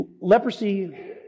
Leprosy